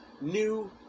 new